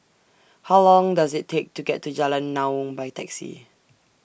How Long Does IT Take to get to Jalan Naung By Taxi